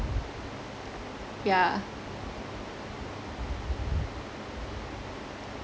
yeah